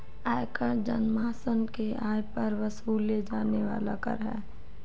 आयकर जनमानस के आय पर वसूले जाने वाला कर है